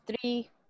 three